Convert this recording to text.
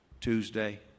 Tuesday